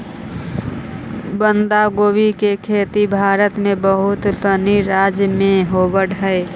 बंधगोभी के खेती भारत के बहुत सनी राज्य में होवऽ हइ